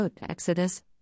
Exodus